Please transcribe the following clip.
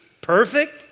perfect